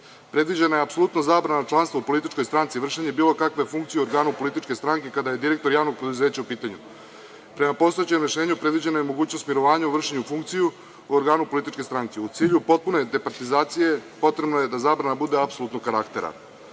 gubitka. Predviđena je apsolutna zabrana članstva u političkoj stranci, vršenja bilo kakve funkcije u organu političke stranke kada je direktor javnog preduzeća u pitanju. Prema postojećem rešenju predviđena je mogućnost mirovanja u vršenju funkcije u organu političke stranke. U cilju potpune departizacije potrebno je da zabrana bude apsolutnog karaktera. Direktor